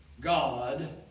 God